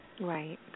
Right